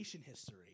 history